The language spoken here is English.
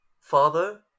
Father